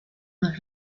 más